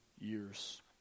years